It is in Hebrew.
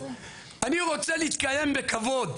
אני רוצה להתקיים בכבוד,